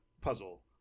puzzle